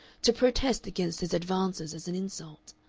to protest against his advances as an insult.